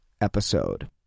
episode